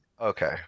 Okay